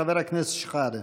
חבר הכנסת שחאדה.